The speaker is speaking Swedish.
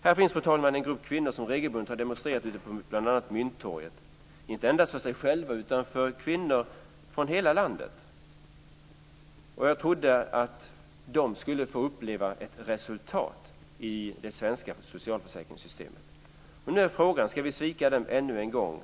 Här finns, fru talman, en grupp kvinnor som regelbundet har demonstrerat bl.a. ute på Mynttorget, inte endast för sig själva utan för kvinnor från hela landet. Jag trodde att de skulle få uppleva ett resultat i det svenska socialförsäkringssystemet. Nu är frågan om vi ska svika dem ännu en gång.